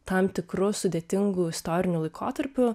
tam tikru sudėtingu istoriniu laikotarpiu